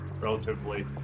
relatively